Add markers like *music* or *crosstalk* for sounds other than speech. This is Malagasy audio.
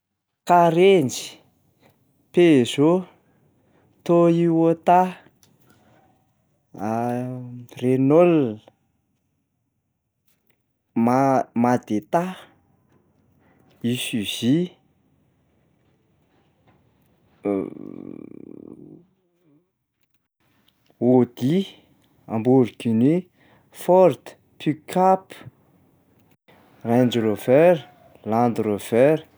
Karenjy, Peugeot, Toyota, *noise* *hesitation* Renault, Ma- Madeta, Isuzu, *hesitation* Audi, Lamborghini, Ford, pick-up, Range Rover, Lande Rover.